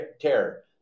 terror